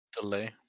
delay